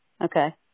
Okay